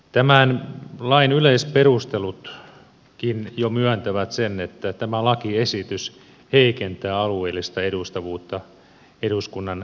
tämän lain yleisperustelutkin jo myöntävät sen että tämä lakiesitys heikentää alueellista edustavuutta eduskunnan kokoonpanossa